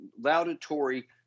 laudatory